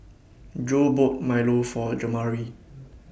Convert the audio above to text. Joe bought Milo For Jamari